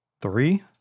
Three